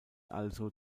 also